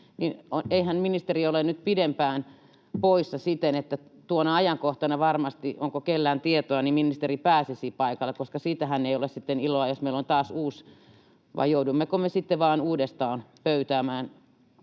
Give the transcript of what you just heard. Eihän ministeri ole nyt pidempään poissa, niin että tuona ajankohtana varmasti — onko kenelläkään tietoa — ministeri pääsisi paikalle? Siitähän ei ole sitten iloa, jos meillä on taas uusi... Vai joudummeko me sitten vain uudestaan pöytäämään?